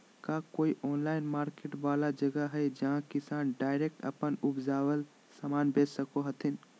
का कोई online market वाला जगह हइ जहां किसान डायरेक्ट अप्पन उपजावल समान बेच सको हथीन?